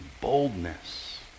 boldness